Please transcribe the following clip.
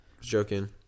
Joking